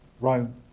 Rome